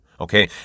Okay